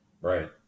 right